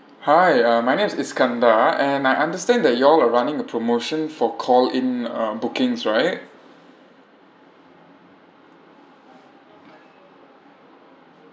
hi uh my name's iskandar and I understand that you all are running a promotion for call in uh bookings right